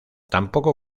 tampoco